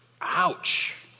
Ouch